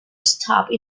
stopped